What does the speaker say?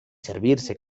servirse